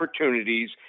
opportunities